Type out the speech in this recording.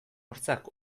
hortzak